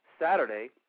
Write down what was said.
Saturday